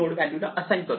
value ला assign करतो